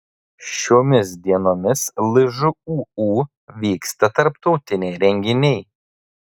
šiomis dienomis lžūu vyksta tarptautiniai renginiai